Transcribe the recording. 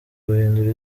guhindura